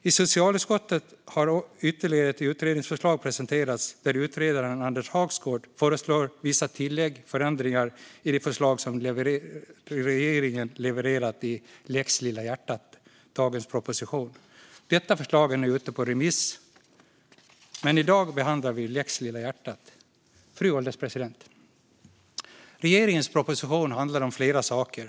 I socialutskottet har ytterligare ett utredningsförslag presenterats, där utredaren Anders Hagsgård föreslår vissa tillägg och förändringar i det förslag som regeringen levererat i lex Lilla hjärtat, dagens proposition. Detta förslag är nu ute på remiss, men i dag behandlar vi lex Lilla hjärtat. Fru ålderspresident! Regeringens proposition handlar om flera saker.